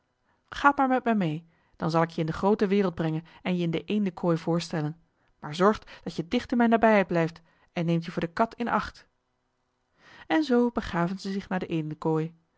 gaat maar met mij mee dan zal ik je in de groote wereld brengen en je in de eendenkooi voorstellen maar zorgt dat je dicht in mijn nabijheid blijft en neemt je voor de kat in acht en zoo begaven zij zich naar de